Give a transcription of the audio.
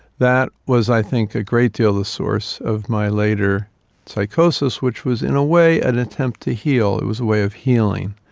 that was i think a great deal the source of my later psychosis, which was in a way an attempt to heal, it was a way of healing.